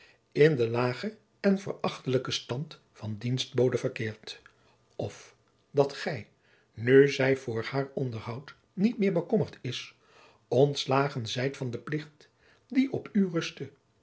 in den lagen en verachtelijken stand van dienstbode verkeert of dat gij nu zij voor haar onderhoud niet meer bekommerd is ontslagen zijt van den plicht die op u